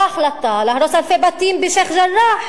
או החלטה להרוס אלפי בתים בשיח'-ג'ראח,